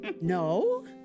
No